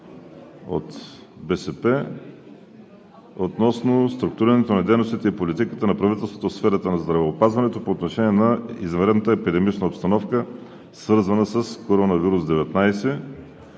от БСП относно структурирането на дейностите и политиката на правителството в сферата на здравеопазването по отношение на извънредната епидемична обстановка, свързана с Коронавирус-19.